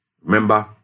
Remember